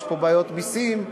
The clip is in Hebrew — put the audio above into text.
יש פה בעיות מסים,